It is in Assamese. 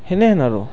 সেনেহেন আৰু